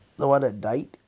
the one that died